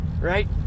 Right